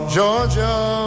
Georgia